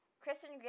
Kristen